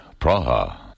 Praha